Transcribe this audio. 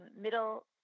middle